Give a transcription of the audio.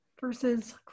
versus